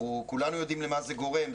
כולנו יודעים למה זה גורם.